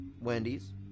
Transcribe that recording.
Wendy's